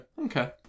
Okay